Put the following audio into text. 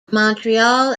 montreal